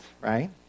right